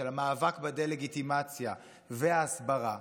המאבק בדה-לגיטימציה וההסברה,